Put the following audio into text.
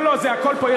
לא לא, הכול פה.